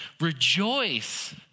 rejoice